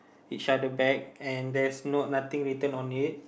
each other back and there's not nothing on it